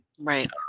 Right